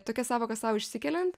tokias sąvokas sau išsikeliant